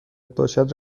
باشد